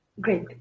Great